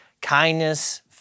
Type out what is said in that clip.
kindness